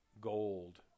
gold